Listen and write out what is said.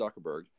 Zuckerberg